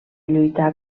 lluitar